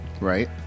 Right